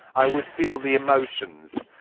i would feel the emotions.